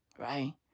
right